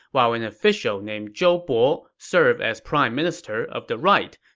while an official named zhou bo served as prime minister of the right,